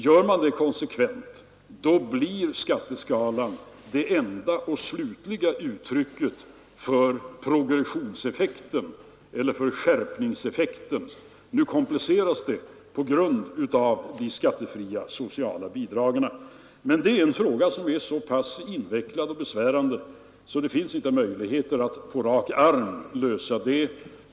Gör man det konsekvent, blir skatteskalan det enda och slutliga uttrycket för skärpningseffekten. Nu kompliceras förhållandena av de skattefria sociala bidragen. Men det är en fråga som är så pass invecklad och besvärande, att det inte finns möjligheter att på rak arm lösa den.